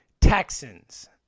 Texans